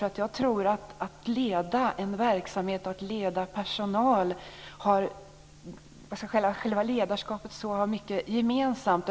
Att leda en verksamhet, en personal och själva ledarskapet tror jag har mycket gemensamt.